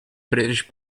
british